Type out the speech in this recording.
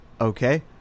Okay